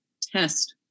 test